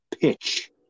pitch